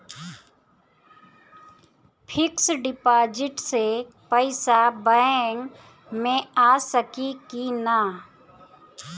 Fix deposit से पैसा bank मे आ सकी कि ना?